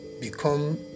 become